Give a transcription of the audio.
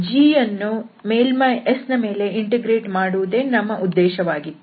g ಯನ್ನು ಮೇಲ್ಮೈ S ನ ಮೇಲೆ ಇಂಟಿಗ್ರೇಟ್ ಮಾಡುವುದೇ ನಮ್ಮ ಉದ್ದೇಶವಾಗಿತ್ತು